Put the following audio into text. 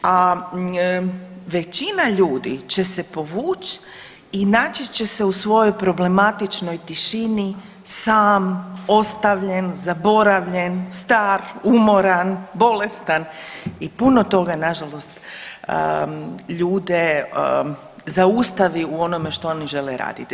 A većina ljudi će se povući i naći će se u svojoj problematičnoj tišini sam, ostavljen, zaboravljen, star, umoran, bolestan i puno toga na žalost ljude zaustavi u onome što oni žele raditi.